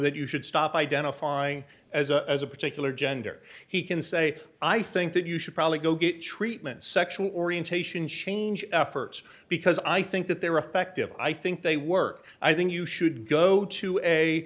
that you should stop identifying as a as a particular gender he can say i think that you should probably go get treatment sexual orientation change efforts because i think that there are effective i think they work i think you should go to a